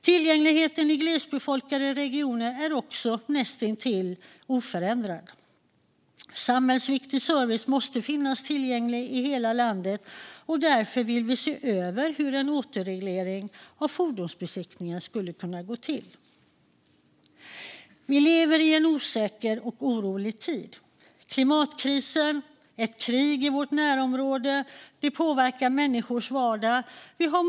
Tillgängligheten i glesbefolkade regioner är också näst intill oförändrad. Samhällsviktig service måste finnas tillgänglig i hela landet, och därför vill vi se över hur en återreglering av fordonsbesiktningen skulle kunna gå till. Vi lever i en osäker och orolig tid. Klimatkrisen och ett krig i vårt närområde påverkar människors vardag.